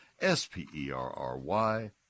S-P-E-R-R-Y